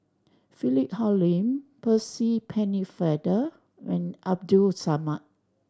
Philip Hoalim Percy Pennefather and Abdul Samad